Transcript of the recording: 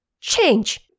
Change